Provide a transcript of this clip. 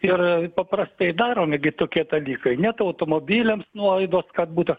ir paprastai daromi gi tokie dalykai net automobiliams nuolaidos kad būtų